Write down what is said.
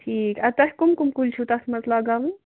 ٹھیٖک اَدٕ تۄہہِ کٔم کٔم کُلۍ چھِو تَتھ منٛز لَگاوٕنۍ